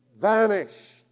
vanished